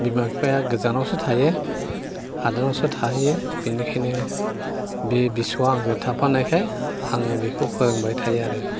बिमा बिफाया गोजानावसो थायो हादानावसो थाहैयो बेनिखायनो बे बिसौआ आंजों थाफानायखाय आङो बिखौ फोरोंबाय थायो आरो